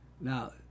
Now